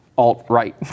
alt-right